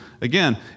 Again